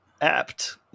apt